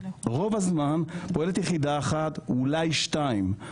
רוב הזמן פועלת יחידה אחת אולי שתיים,